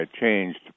changed